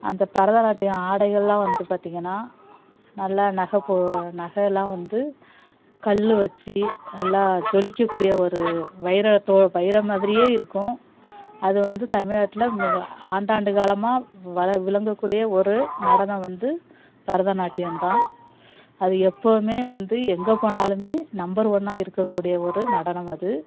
அந்த பரதநாட்டியம் ஆடைகள்லாம் வந்து பார்த்திங்கன்னா நல்லா நகைப்போ நகையெல்லாம் வந்து கல் வச்சு நல்லா ஜொலிக்கக்கூடிய ஒரு வைரத்தோ வைரம் மாதிரியே இருக்கும் அது வந்து தமிழ்நாட்டில் மிக ஆண்டாண்டு காலமாக விளங்கக்கூடிய ஒரு நடனம் வந்து பரதநாட்டியம் தான் அது எப்பவும் வந்து எங்கே போனாலும் நம்பர் ஒன்னாக இருக்கக்கூடிய ஒரு நடனம் அது